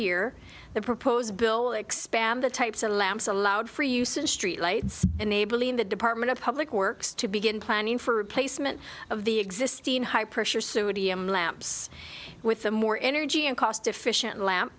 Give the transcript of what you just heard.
year the proposed bill expand the types of lamps allowed for use in street lights enabling the department of public works to begin planning for replacement of the existing high pressure suit d m lamps with a more energy and cost efficient lamp